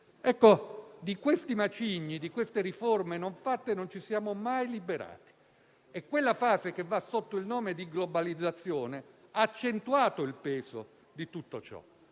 Di questi macigni e di queste riforme non fatte non ci siamo mai liberati. La fase che va sotto il nome di globalizzazione ha accentuato il peso di tutto ciò,